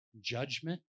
judgment